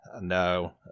No